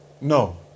No